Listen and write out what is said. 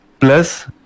Plus